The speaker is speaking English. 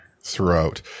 throughout